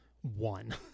one